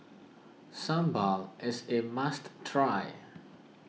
Sambal is a must try